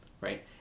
right